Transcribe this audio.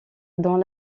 dans